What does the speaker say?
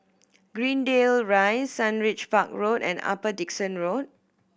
Greendale Rise Sundridge Park Road and Upper Dickson Road